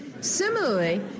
Similarly